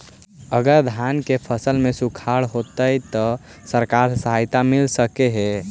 अगर धान के फ़सल में सुखाड़ होजितै त सरकार से सहायता मिल सके हे?